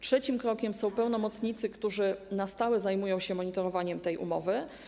Trzeci krok to pełnomocnicy, którzy na stałe zajmują się monitorowaniem tej umowy.